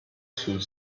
sul